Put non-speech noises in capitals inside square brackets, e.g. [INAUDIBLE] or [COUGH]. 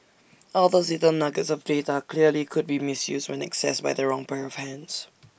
all those little nuggets of data clearly could be misused when accessed by the wrong pair of hands [NOISE]